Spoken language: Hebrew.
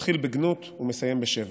מתחיל בגנות ומסיים בשבח.